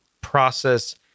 process